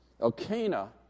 Elkanah